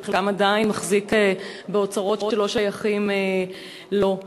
שחלקם עדיין מחזיק באוצרות שלא שייכים לו.